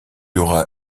aura